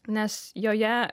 nes joje